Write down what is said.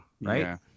right